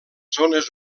zones